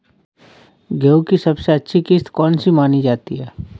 गेहूँ की सबसे अच्छी किश्त कौन सी मानी जाती है?